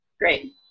Great